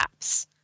apps